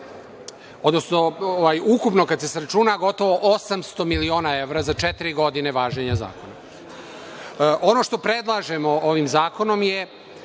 odnosno ukupno kada se sračuna gotovo 800 miliona evra za četiri godine važenja zakona. Ono što predlažemo ovim zakonom je